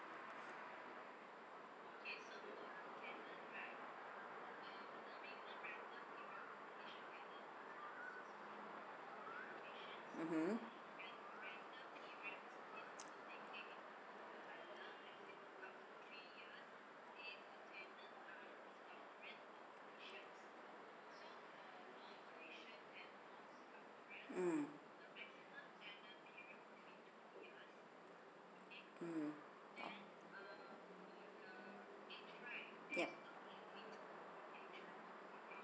mmhmm mm mm yup